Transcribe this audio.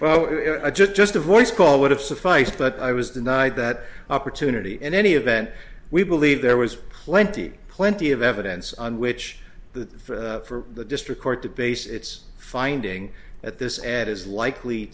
just just a voice call would have sufficed but i was denied that opportunity in any event we believe there was plenty plenty of evidence on which the for the district court to base its finding at this ad is likely